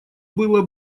было